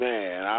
Man